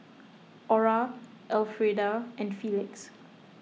Orah Elfrieda and Felix